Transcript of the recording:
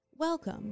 Welcome